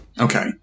Okay